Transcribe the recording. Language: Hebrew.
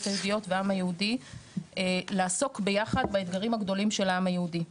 היהודיות והעם היהודי לעסוק ביחד באתגרים הגדולים של העם היהודי.